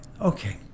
Okay